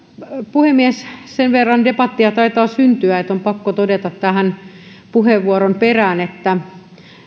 puhemies sen verran debattia taitaa syntyä että on pakko todeta tähän puheenvuoron perään että